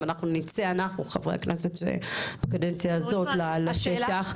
גם אנחנו, חברי הכנסת, נצא בקדנציה הזאת לשטח.